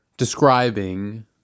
describing